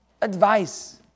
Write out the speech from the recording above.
advice